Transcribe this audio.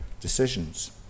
decisions